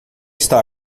está